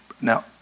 Now